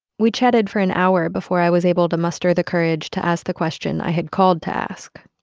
we chatted for an hour before i was able to muster the courage to ask the question i had called to ask.